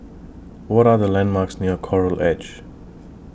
What Are The landmarks near Coral Edge